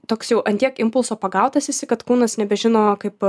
toks jau ant tiek impulso pagautas esi kad kūnas nebežino kaip